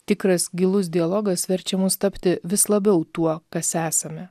tikras gilus dialogas verčia mus tapti vis labiau tuo kas esame